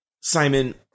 Simon